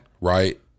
right